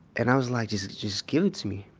and i was like, just just give it to me.